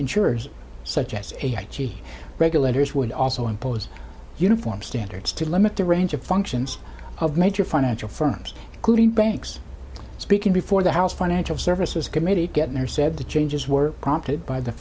insurers such as a g regulators would also impose uniform standards to limit the range of functions of major financial firms including banks speaking before the house financial services committee get in there said the changes were prompted by the